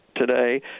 Today